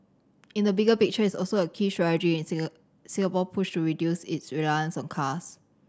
in the bigger picture it is also a key strategy in Singapore's push to reduce its reliance on cars